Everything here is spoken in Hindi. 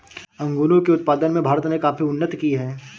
अंगूरों के उत्पादन में भारत ने काफी उन्नति की है